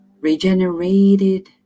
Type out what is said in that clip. regenerated